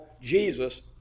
Jesus